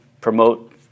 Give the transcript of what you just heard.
promote